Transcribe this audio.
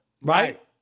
Right